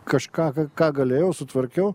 kažką ką galėjau sutvarkiau